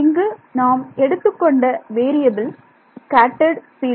இங்கு நாம் எடுத்துக் கொண்ட வேறியபில் ஸ்கேட்டர்ட் பீல்டு